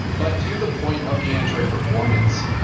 but to the point of the android performance,